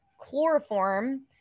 chloroform